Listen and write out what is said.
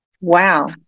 Wow